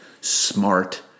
smart